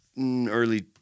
early